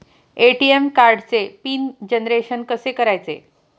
ATM कार्डचे PIN generation कसे करायचे?